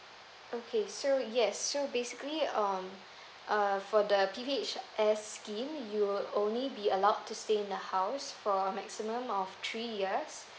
okay so yes so basically um uh for the P_P_S_H scheme you will only be allowed to stay in the house for a maximum of three years